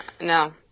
No